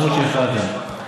למרות שהפרעתם.